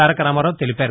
తారక రామారావు తెలిపారు